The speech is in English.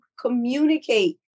communicate